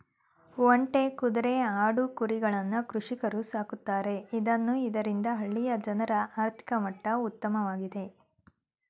ಒಂಟೆ, ಕುದ್ರೆ, ಆಡು, ಕುರಿಗಳನ್ನ ಕೃಷಿಕರು ಸಾಕ್ತರೆ ಇದ್ನ ಇದರಿಂದ ಹಳ್ಳಿಯ ಜನರ ಆರ್ಥಿಕ ಮಟ್ಟ ಉತ್ತಮವಾಗ್ತಿದೆ